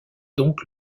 donc